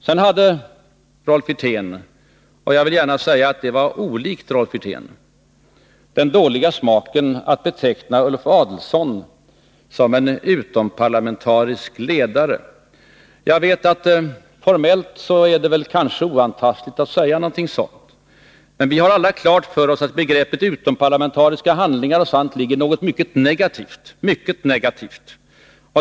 Sedan hade Rolf Wirtén — jag vill säga att det var olikt honom — den dåliga smaken att beteckna Ulf Adelsohn som en utomparlamentarisk ledare. Formellt är det kanske oantastligt att säga någonting sådant, men vi har alla klart för oss att i begreppet utomparlamentariska handlingar ligger något mycket negativt.